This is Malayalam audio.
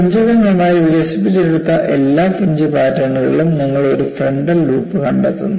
ഫ്രിഞ്ച്കൾ നന്നായി വികസിപ്പിച്ചെടുത്ത എല്ലാ ഫ്രിഞ്ച് പാറ്റേണുകളിലും നിങ്ങൾ ഒരു ഫ്രണ്ടൽ ലൂപ്പ് കണ്ടെത്തുന്നു